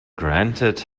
granted